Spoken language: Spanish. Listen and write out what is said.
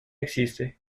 existe